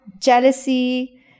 jealousy